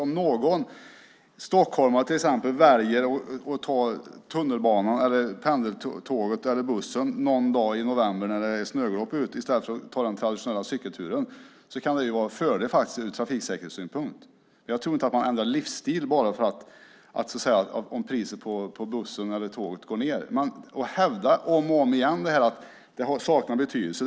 Om någon stockholmare till exempel väljer att ta tunnelbanan, pendeltåget eller bussen en dag i november när det är snöglopp ute i stället för att ta den traditionella cykelturen kan det ju vara en fördel ur trafiksäkerhetssynpunkt. Jag tror inte att man ändrar livsstil om priset på bussen eller tåget går ned, men man hävdar om och om igen att det saknar betydelse.